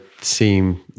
seem